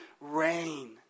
rain